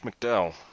McDowell